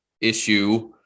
issue